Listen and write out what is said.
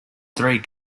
three